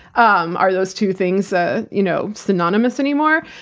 um are those two things ah you know synonymous anymore?